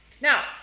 Now